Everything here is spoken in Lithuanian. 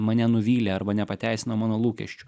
mane nuvylė arba nepateisino mano lūkesčių